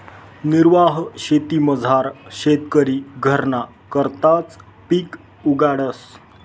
निर्वाह शेतीमझार शेतकरी घरना करताच पिक उगाडस